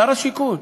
שר השיכון.